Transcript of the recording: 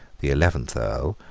the eleventh earl,